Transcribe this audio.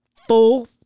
full